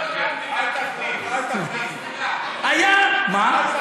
לא, גפני, היה, מה?